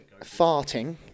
farting